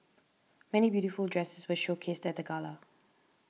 many beautiful dresses were showcased at the gala